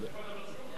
אני יכול לדבר שוב?